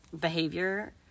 behavior